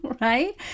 right